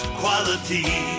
quality